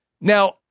now